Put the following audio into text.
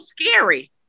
scary